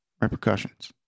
repercussions